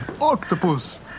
octopus